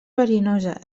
verinosa